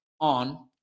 on